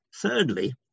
Thirdly